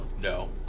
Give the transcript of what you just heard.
No